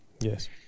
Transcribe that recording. Yes